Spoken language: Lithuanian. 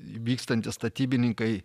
vykstantys statybininkai